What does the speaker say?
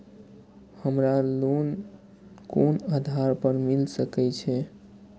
हमरा लोन कोन आधार पर मिल सके छे?